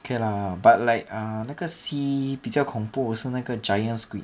okay lah but like err 那个 sea 比较恐怖的是那个 giant squid